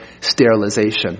sterilization